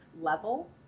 level